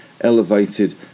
elevated